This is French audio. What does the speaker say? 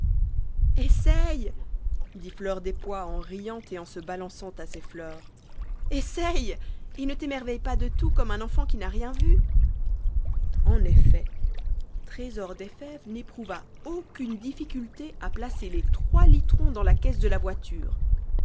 essaye dit fleur des pois en riant et en se balançant a ses neurs essaie et ne t'émerveille pas de tout comme un enfant qui n'a rien vu en effet trésor des fèves n'éprouva aucune difficulté à placer les trois litrons dans la caisse de la voiture